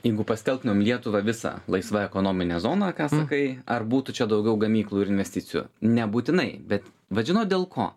jeigu paskelbtumėm lietuvą visą laisva ekonomine zona ką sakai ar būtų čia daugiau gamyklų ir investicijų nebūtinai bet vat žinot dėl ko